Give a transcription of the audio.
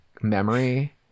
memory